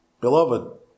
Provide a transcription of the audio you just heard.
Beloved